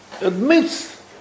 admits